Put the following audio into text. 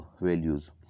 values